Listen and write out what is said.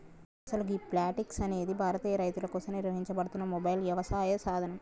అసలు గీ ప్లాంటిక్స్ అనేది భారతీయ రైతుల కోసం నిర్వహించబడుతున్న మొబైల్ యవసాయ సాధనం